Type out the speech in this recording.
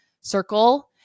circle